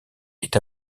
est